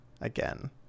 again